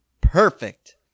perfect